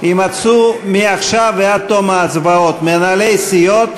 יימצאו מעכשיו ועד תום ההצבעות מנהלי סיעות,